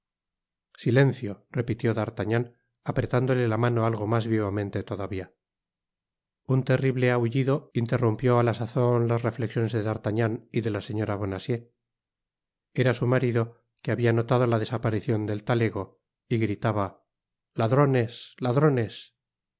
silencio repitió d'artagnan apretándole la mano algo mas vivamente todavia un terrible ahullido interrumpió á la sazon las reftexiones de dartagnan y de la señora bonacieux era su marido que habia notado la desaparicion del talego y gritaba ladrones ladrones